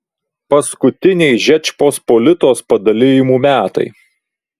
paskutiniai žečpospolitos padalijimų metai